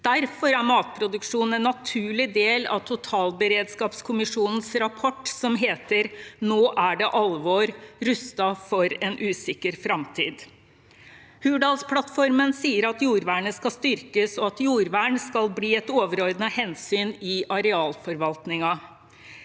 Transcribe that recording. Derfor er matproduksjon en naturlig del av totalberedskapskommisjonens rapport, som heter Nå er det alvor – Rustet for en usikker fremtid. Hurdalsplattformen sier at jordvernet skal styrkes, og at jordvern skal bli et overordnet hensyn i arealforvaltningen.